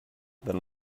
then